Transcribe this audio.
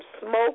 smoke